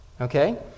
okay